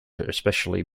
especially